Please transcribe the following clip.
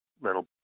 little